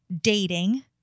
dating